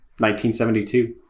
1972